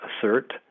assert